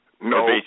No